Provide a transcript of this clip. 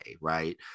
right